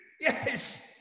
Yes